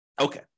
Okay